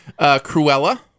Cruella